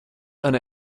einer